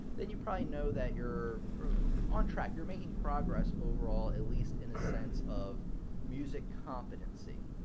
then you probably know that you're on track. you're making progress overall, at least in a sense of music competency.